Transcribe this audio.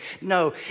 No